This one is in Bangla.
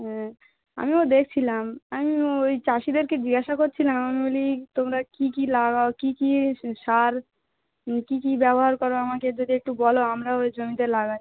হ্যাঁ আমিও দেখছিলাম আমি ওই চাষিদেরকে জিজ্ঞাসা করছিলাম আমি বলি তোমরা কী কী লাগাও কী কী সার কী কী ব্যবহার করো আমাকে যদি একটু বলো আমরা ওই জমিতে লাগাই